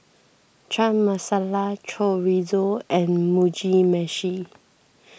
Chana Masala Chorizo and Mugi Meshi